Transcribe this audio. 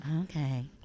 okay